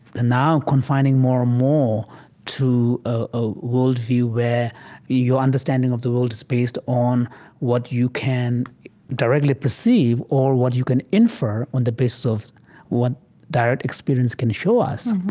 now confining more and more to a worldview where your understanding of the world is based on what you can directly perceive or what you can infer on the basis of what direct experience can show us.